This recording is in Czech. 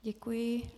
Děkuji.